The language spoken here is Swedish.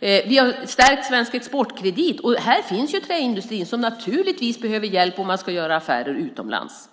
Vi har stärkt Svensk Exportkredit. Här finns träindustrin som naturligtvis behöver hjälp om man ska göra affärer utomlands.